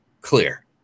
clear